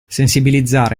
sensibilizzare